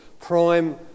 prime